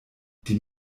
die